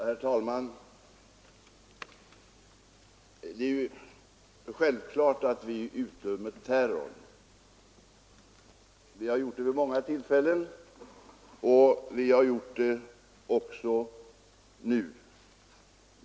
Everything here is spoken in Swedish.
Herr talman! Det är självfallet att vi utdömer terror. Vi har gjort det vid många tillfällen och vi har gjort det också nu.